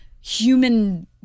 human